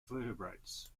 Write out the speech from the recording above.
vertebrates